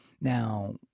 Now